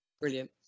Brilliant